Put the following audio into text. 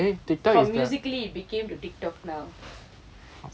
from Musically it became to Tiktok now